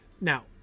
Now